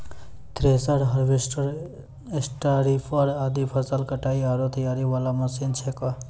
thresher, harvester, स्टारीपर आदि फसल कटाई आरो तैयारी वाला मशीन छेकै